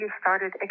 started